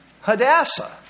Hadassah